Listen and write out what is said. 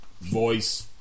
voice